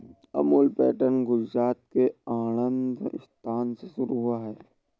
Amul pattern Gujarat के आणंद स्थान से शुरू हुआ है